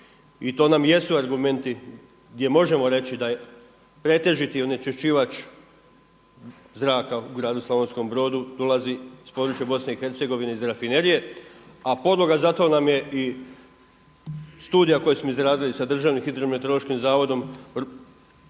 i to nam jesu argumenti gdje možemo reći da je pretežiti onečišćivat zraka u gradu Slavonskom Brodu dolazi s područja Bosne i Hercegovine iz Rafinerije. A podloga za to nam je i studija koju smo izradili sa Hrvatskim hidrometeorološkim zavodom